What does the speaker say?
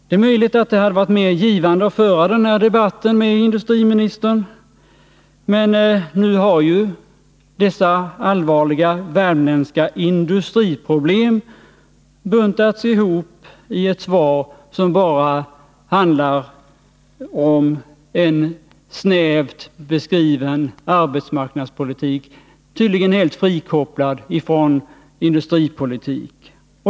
Det är möjligt att det hade varit mer givande att föra den här debatten med industriministern, men nu har ju dessa allvarliga värmländska industriproblem buntats ihop i ett svar, som bara handlar om en snävt beskriven arbetsmarknadspolitik, tydligen helt frikopplad från industripolitik.